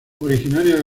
originaria